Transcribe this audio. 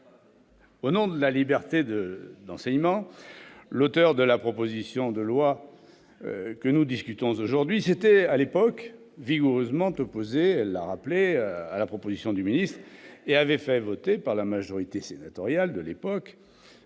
Au nom de la liberté d'enseignement, l'auteur de la proposition de loi dont nous discutons aujourd'hui s'était, à l'époque, vigoureusement opposée à la proposition du ministre et avait fait voter par la majorité sénatoriale- la même